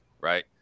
right